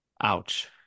Ouch